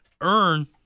earn